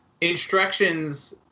instructions